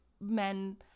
men